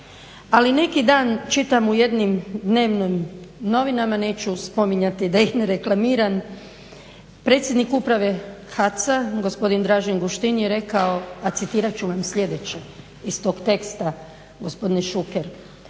Ali nekidan čitam u jednim dnevnim novinama, neću spominjati da ih ne reklamiram, predsjedniku Uprave HAC-a gospodin Dražen Guštin je rekao, a citirat ću vam sljedeće iz tog teksta gospodine Šuker.